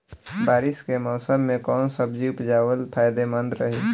बारिश के मौषम मे कौन सब्जी उपजावल फायदेमंद रही?